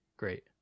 great